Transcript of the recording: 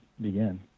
begin